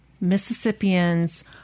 Mississippians